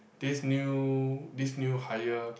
this new this new hire